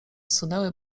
sunęły